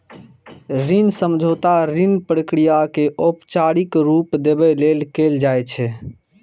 ऋण समझौता ऋण प्रक्रिया कें औपचारिक रूप देबय लेल कैल जाइ छै